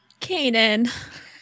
Kanan